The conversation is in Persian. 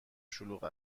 شلوغ